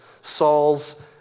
Saul's